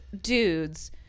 dudes